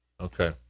Okay